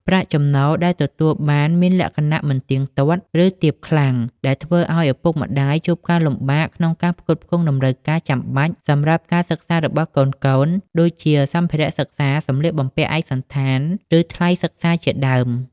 ប្រាក់ចំណូលដែលទទួលបានមានលក្ខណៈមិនទៀងទាត់ ឬទាបខ្លាំង ដែលធ្វើឱ្យឪពុកម្តាយជួបការលំបាកក្នុងការផ្គត់ផ្គង់តម្រូវការចាំបាច់សម្រាប់ការសិក្សារបស់កូនៗ ដូចជា សម្ភារៈសិក្សា សម្លៀកបំពាក់ឯកសណ្ឋាន ឬថ្លៃសិក្សាជាដើម។